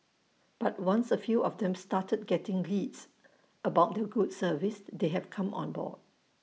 but once A few of them started getting leads because of their good service they have come on board